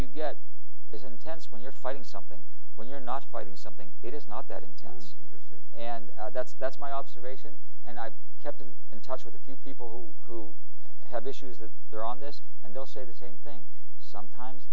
you get is intense when you're fighting something when you're not fighting something it is not that intense and that's that's my observation and i've kept in touch with a few people who have issues that they're on this and they'll say the same thing sometimes